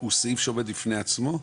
הוא סעיף שעומד בפני עצמו?